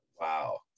Wow